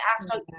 asked